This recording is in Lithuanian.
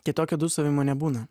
kitokio dūsavimo nebūna